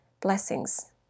blessings